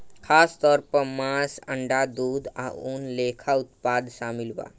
खासतौर पर मांस, अंडा, दूध आ ऊन लेखा उत्पाद शामिल बा